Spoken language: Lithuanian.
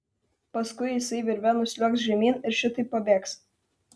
paskui jisai virve nusliuogs žemyn ir šitaip pabėgs